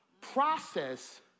Process